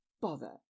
Bother